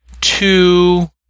two